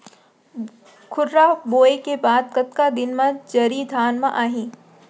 खुर्रा बोए के बाद कतका दिन म जरी धान म आही?